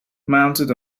mounted